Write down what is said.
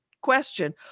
question